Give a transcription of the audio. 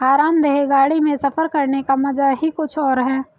आरामदेह गाड़ी में सफर करने का मजा ही कुछ और है